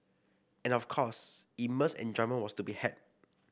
and of course immense enjoyment was to be had